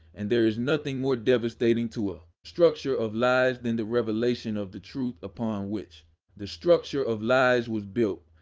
and there is nothing more devastating to a structure of lies than the revelation of the truth upon which the structure of lies was built,